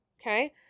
Okay